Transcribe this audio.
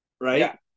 Right